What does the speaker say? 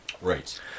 Right